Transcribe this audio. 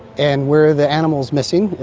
and where the animal is missing,